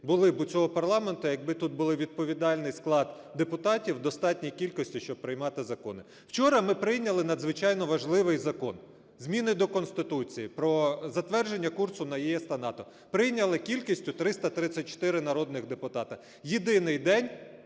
були б у цього парламенту, якби тут був відповідальний склад депутатів в достатній кількості, щоб приймати закони. Вчора ми прийняли надзвичайно важливий закон – зміни до Конституції про затвердження курсу на ЄС та НАТО. Прийняли кількістю 334 народних депутата. Єдиний день